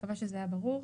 מקווה שזה היה ברור.